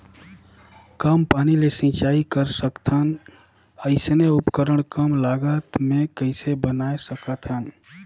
कम पानी ले सिंचाई कर सकथन अइसने उपकरण कम लागत मे कइसे बनाय सकत हन?